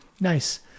Nice